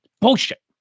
Bullshit